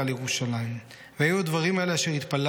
ועל ירושלים // והיו הדברים האלה אשר התפללנו